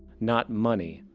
not money,